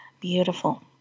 beautiful